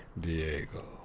Diego